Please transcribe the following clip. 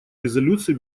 резолюции